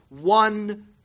one